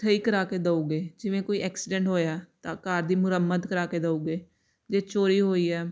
ਸਹੀ ਕਰਵਾ ਕੇ ਦਊਗੇ ਜਿਵੇਂ ਕੋਈ ਐਕਸੀਡੈਂਟ ਹੋਇਆ ਤਾਂ ਕਾਰ ਦੀ ਮੁਰੰਮਤ ਕਰਵਾ ਕੇ ਦਊਗੇ ਜੇ ਚੋਰੀ ਹੋਈ ਹੈ